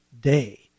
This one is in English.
day